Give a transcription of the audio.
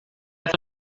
hace